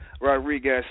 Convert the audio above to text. Rodriguez